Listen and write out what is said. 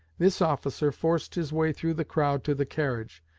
this officer forced his way through the crowd to the carriage,